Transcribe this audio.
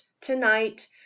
tonight